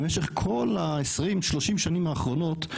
במשך כל ה- ,20 30 השנים האחרונות,